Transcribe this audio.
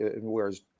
whereas